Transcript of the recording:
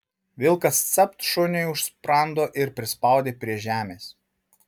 vilkas capt šuniui už sprando ir prispaudė prie žemės